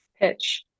Pitch